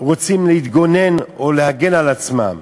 רוצים להתגונן או להגן על עצמם,